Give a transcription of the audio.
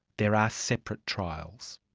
there are separate trials.